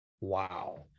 Wow